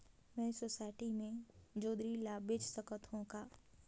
मैं सोसायटी मे जोंदरी ला बेच सकत हो का?